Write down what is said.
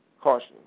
caution